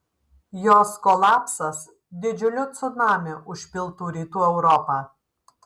jos kolapsas didžiuliu cunamiu užpiltų rytų europą